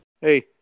Hey